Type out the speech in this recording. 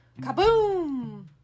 Kaboom